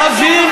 תבינו